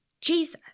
Jesus